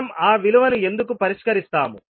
మనం ఆ విలువను ఎందుకు పరిష్కరిస్తాము